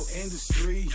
industry